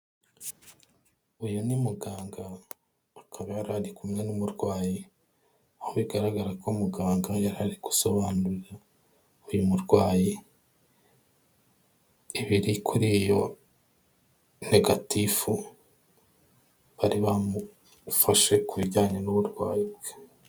Uyu ni muganga akaba yari ari kumwe n'umurwayi, aho bigaragara ko muganga yari ari gusobanurira uyu murwayi ibiri kuri iyo negatifu, bari bamufashe kubijyanye n'uburwayi bwe.